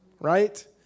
right